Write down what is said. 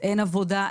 אין עבודה,